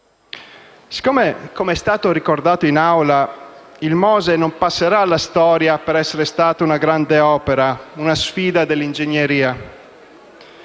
scritto. Come è stato ricordato in Aula, il MOSE non passerà alla storia per essere stato una grande opera e una sfida dell'ingegneria,